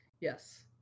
yes